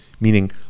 Meaning